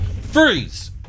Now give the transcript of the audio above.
Freeze